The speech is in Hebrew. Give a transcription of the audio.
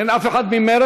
אין אף אחד ממרצ?